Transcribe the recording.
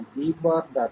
c